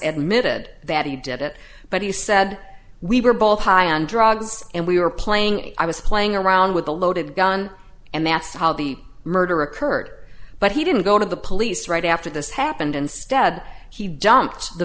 mid that he did it but he said we were both high on drugs and we were playing i was playing around with a loaded gun and that's how the murder occurred but he didn't go to the police right after this happened instead he dumped the